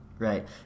Right